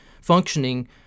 functioning